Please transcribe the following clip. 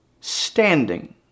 standing